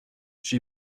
j’ai